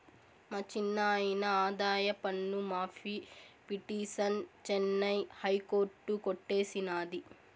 మా చిన్నాయిన ఆదాయపన్ను మాఫీ పిటిసన్ చెన్నై హైకోర్టు కొట్టేసినాది